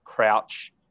Crouch